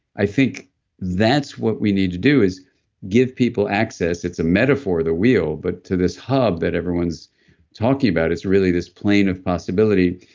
i think that's what we need to do, is give people access. it's a metaphor the wheel, but to this hub that everyone's talking about, it's really this plane of possibility.